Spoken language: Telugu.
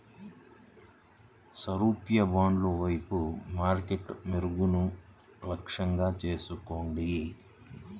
సారూప్య బ్రాండ్ల వైపు మార్కెట్ మొగ్గును లక్ష్యంగా చేసుకోండి